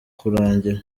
kurangira